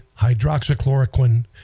hydroxychloroquine